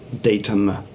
datum